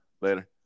Later